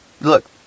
look